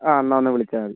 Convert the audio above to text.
ആ എന്നാൽ ഒന്ന് വിളിച്ചാൽ മതി